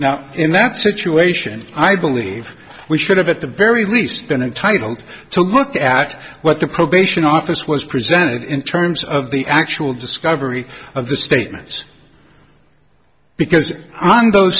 now in that situation i believe we should have at the very least been entitled to look at what the probation office was presented in terms of the actual discovery of the statements because on those